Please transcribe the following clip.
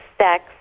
sex